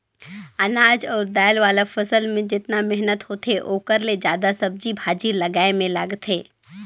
अनाज अउ दायल वाला फसल मे जेतना मेहनत होथे ओखर ले जादा सब्जी भाजी लगाए मे लागथे